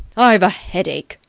i've a headache.